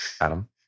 Adam